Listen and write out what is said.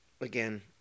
again